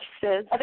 says